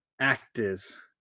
actors